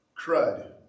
crud